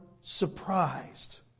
surprised